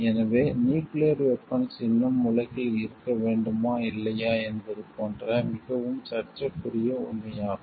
எனவே nuclear weapons இன்னும் உலகில் இருக்க வேண்டுமா இல்லையா என்பது போன்ற மிகவும் சர்ச்சைக்குரிய உண்மையாகும்